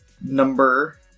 number